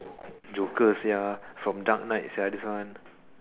joker sia from dark knight sia this one